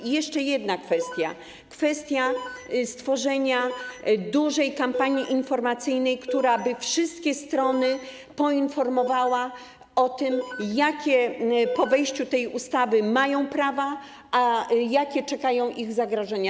I jeszcze jedna kwestia, dotycząca zorganizowania dużej kampanii informacyjnej, która by wszystkie strony poinformowała o tym, jakie po wejściu tej ustawy mają prawa, a jakie czekają ich zagrożenia.